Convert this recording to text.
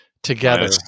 together